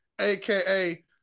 aka